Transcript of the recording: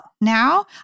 now